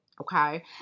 okay